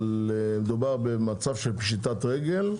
אבל מדובר במצב של פשיטת רגל,